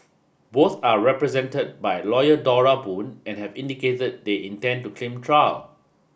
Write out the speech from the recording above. both are represented by lawyer Dora Boon and have indicated that they intend to claim trial